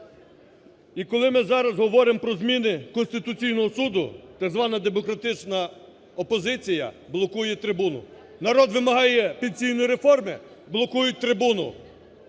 І коли ми зараз говоримо про зміни Конституційного Суду, так звана демократична опозиція блокує трибуну. Нарад вимагає пенсійної реформи – блокують трибуну.